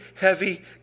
heavy